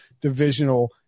divisional